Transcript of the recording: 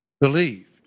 believed